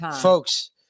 folks